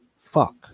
fuck